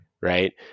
right